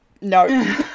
no